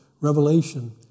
Revelation